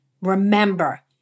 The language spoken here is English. Remember